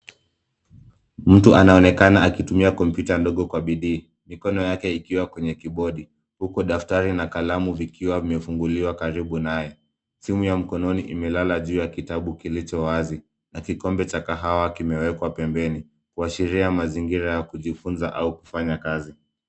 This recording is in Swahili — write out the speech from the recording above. Mtu anaonekana akitumia kompyuta ndogo kwa bidii, mikono yake ikiwa kwenye kibodi, huku daftari na kalamu vikiwa vimefunguliwa karibu naye. Simu ya mkononi imelala juu ya kitabu kilichowazi na kikombe cha kahawa kimekwa pembeni, kuashiria mazingira ya kujifunza au kufanya kazi.